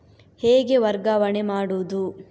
ಹೇಗೆ ವರ್ಗಾವಣೆ ಮಾಡುದು?